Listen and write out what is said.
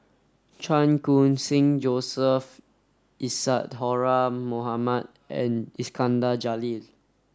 Chan Khun Sing Joseph Isadhora Mohamed and Iskandar Jalil